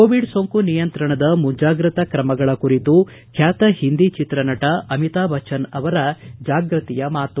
Covid ಸೋಂಕು ನಿಯಂತ್ರಣದ ಮುಂಜಾಗ್ರತಾ ಕ್ರಮಗಳ ಕುರಿತು ಖ್ಯಾತ ಹಿಂದಿ ಚಿತ್ರನಟ ಅಮಿತಾಬ್ ಬಚ್ಚನ್ ಅವರ ಜಾಗ್ಬತಿ ಮಾತು